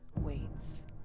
waits